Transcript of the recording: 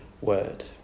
word